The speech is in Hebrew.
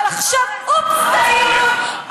אבל עכשיו: אופס, טעינו.